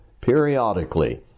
periodically